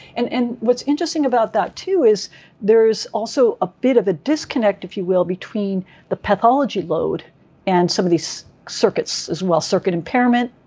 and and what's interesting about that too, is there's also a bit of a disconnect, if you will, between the pathology load and some of these circuits as well, circuit impairment,